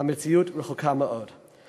המציאות רחוקה מאוד מזה.